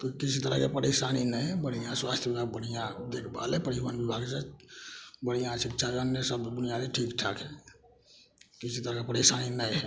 कोइ किसी तरहके परेशानी नहि हय बढ़िऑं स्वास्थय बिभाग बढ़िऑं देखभाल है परिबहन बिभाग से बढ़ियाँ छै चाहे अन्य सब बुनियादी ठीक ठाक हय किसी तरह के परेशानी नै हय